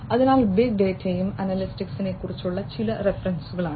അതിനാൽ ബിഗ് ഡാറ്റയെയും അനലിറ്റിക്സിനെയും കുറിച്ചുള്ള ചില റഫറൻസുകളാണിത്